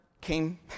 came